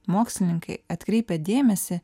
mokslininkai atkreipia dėmesį